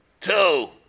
two